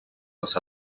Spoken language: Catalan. als